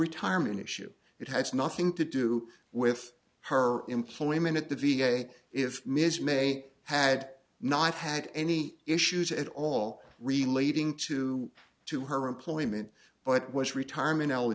retirement issue it has nothing to do with her employment at the v a if ms mae had not had any issues at all relating to to her employment but was retirement